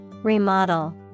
Remodel